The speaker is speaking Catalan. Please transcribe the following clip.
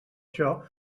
això